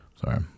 Sorry